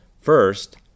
First